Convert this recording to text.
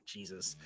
Jesus